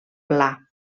pla